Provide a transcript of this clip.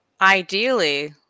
Ideally